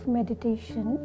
meditation